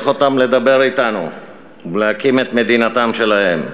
אותם לדבר אתנו ולהקים את מדינתם שלהם.